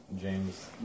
James